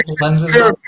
lenses